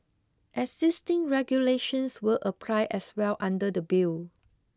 existing regulations will apply as well under the bill